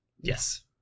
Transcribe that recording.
Yes